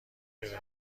گرفته